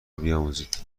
بیاموزید